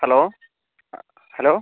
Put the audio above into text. hello hello